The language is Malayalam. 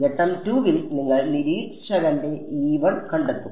ഘട്ടം 2 ൽ നിങ്ങൾ നിരീക്ഷകന്റെ കണ്ടെത്തും